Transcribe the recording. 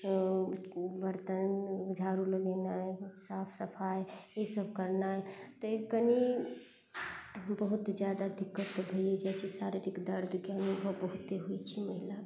बर्तन झाड़ू लगेनाइ साफ सफाइ ई सब करनाइ तैॅं कनि बहुत जादा दिक्कत तऽ भैयै जाइ छै शारीरिक दर्दके अनुभव बहुते होइ छै महिला